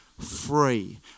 free